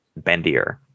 bendier